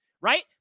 right